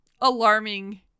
alarming